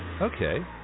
Okay